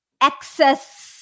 excess